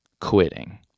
quitting